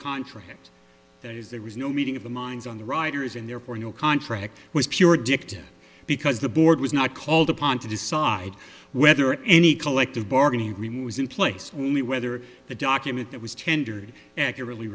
contract there is there was no meeting of the minds on the riders and therefore no contract was pure dicta because the board was not called upon to decide whether any collective bargaining agreement was in place only whether the document that was tendered accurately